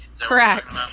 Correct